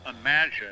imagine